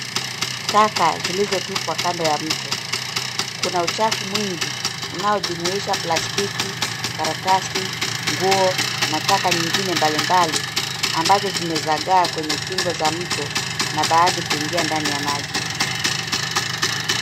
Taka zilizotupwa kando ya mto. Kuna uchafu mwingi unaojumuisha plastiki, karatasi , nguo na taka nyingine mbalimbali ambazo zimezagaa kwenye kingo za mto na baadhi kuingia ndani ya maji.